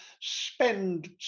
spend